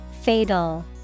Fatal